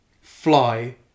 fly